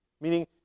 meaning